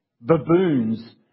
Baboons